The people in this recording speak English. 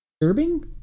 disturbing